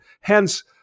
Hence